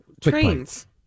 trains